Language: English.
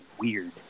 weird